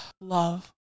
love